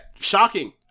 Shocking